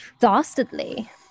dastardly